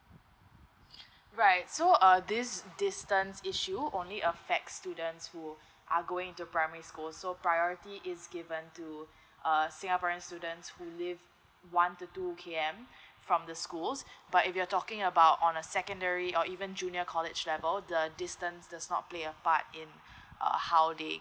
right so uh this distance issue only affects students who are going to primary school so priority is given to err singaporean students who live one to two K_M from the schools but if you're talking about on a secondary or even junior college level the distance does not play a part in uh how they